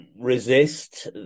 resist